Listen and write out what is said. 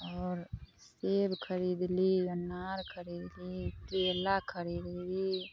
आओर सेब खरीदली अनार खरीदली केला खरीदली